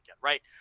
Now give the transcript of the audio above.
right